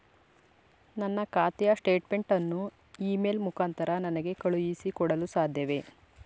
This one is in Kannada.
ನನ್ನ ಖಾತೆಯ ಸ್ಟೇಟ್ಮೆಂಟ್ ಅನ್ನು ಇ ಮೇಲ್ ಮುಖಾಂತರ ನನಗೆ ಕಳುಹಿಸಿ ಕೊಡಲು ಸಾಧ್ಯವೇ?